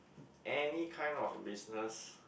any kind of business